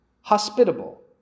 hospitable